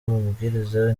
amabwiriza